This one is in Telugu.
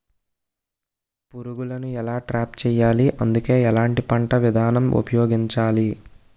పురుగులను ఎలా ట్రాప్ చేయాలి? అందుకు ఎలాంటి పంట విధానం ఉపయోగించాలీ?